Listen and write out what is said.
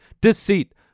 deceit